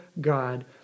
God